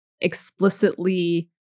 explicitly